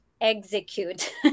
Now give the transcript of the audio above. execute